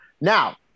Now